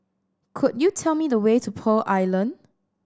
could you tell me the way to Pearl Island